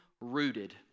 Rooted